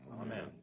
Amen